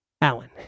Alan